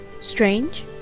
strange